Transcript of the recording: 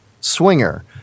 swinger